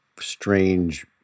strange